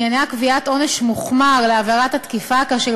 עניינה קביעת עונש מוחמר על עבירת תקיפה כאשר